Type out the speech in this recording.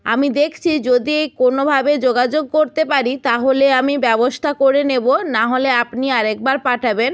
আমি দেখছি যদি এই কোনোভাবে যোগাযোগ করতে পারি তাহলে আমি ব্যবস্থা করে নেব নাহলে আপনি আরেকবার পাঠাবেন